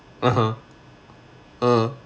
(uh huh) uh